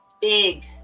big